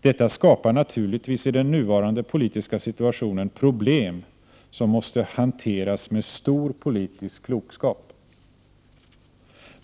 Detta skapar naturligtvis i den nuvarande politiska situationen problem, som måste hanteras med stor politisk klokskap.